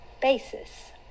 basis